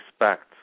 respect